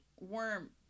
worm